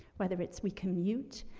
whether it's we commute,